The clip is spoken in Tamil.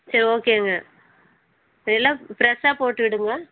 சரி ஓகேங்க எல்லாம் ஃப்ரெஷ்ஷாக போட்டு விடுங்கள்